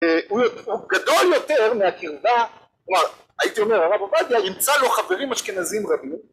הוא גדול יותר מהקרבה כלומר הייתי אומר הרב עובדיה נמצא לו חברים אשכנזים רבים